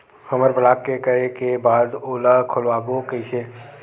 हमर ब्लॉक करे के बाद ओला खोलवाबो कइसे?